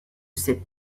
cette